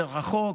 זה רחוק,